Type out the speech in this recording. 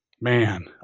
man